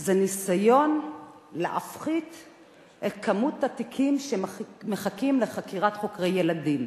זה הניסיון להפחית את מספר התיקים שמחכים לחקירת חוקרי ילדים.